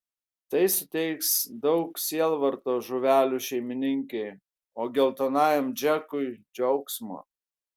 tai suteiks daug sielvarto žuvelių šeimininkei o geltonajam džekui džiaugsmo